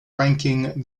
ranking